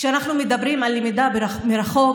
כשאנחנו מדברים על למידה מרחוק,